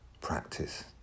practice